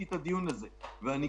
אבי,